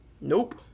Nope